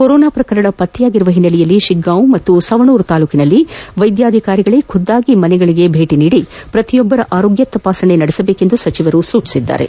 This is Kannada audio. ಕೊರೋನಾ ಪ್ರಕರಣ ಪತ್ತೆಯಾಗಿರುವ ಹಿನ್ನೆಲೆಯಲ್ಲಿ ತಿಗ್ಗಾಂವ್ ಪಾಗೂ ಸವಣೂರು ತಾಲೂಕಿನಲ್ಲಿ ವೈದ್ಯಾಧಿಕಾರಿಗಳೇ ಖುದ್ದಾಗಿ ಮನೆಗಳಗೆ ಭೇಟಿ ನೀಡಿ ಪ್ರತಿಯೊಬ್ಬರ ಆರೋಗ್ಯ ತಪಾಸಣೆಯನ್ನು ನಡೆಸುವಂತೆ ಸಚಿವರು ಸೂಚನೆ ನೀಡಿದರು